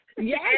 Yes